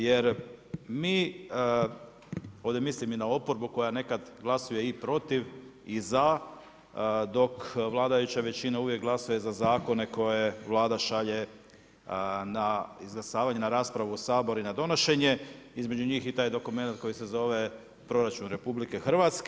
Jer mi ovdje mislim i na oporbu koja nekad glasuje i protiv i za, dok vladajuća većina uvijek glasuje za zakone koje Vlada šalje na izglasavanje, na raspravu u Sabor i na donošenje, između njih i taj dokumenat koji se zove proračun RH.